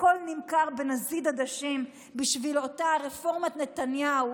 הכול נמכר בנזיד עדשים בשביל אותה רפורמת נתניהו,